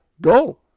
go